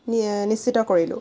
নিশ্চিত কৰিলোঁ